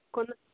കൊല്ല